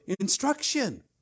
instruction